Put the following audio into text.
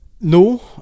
No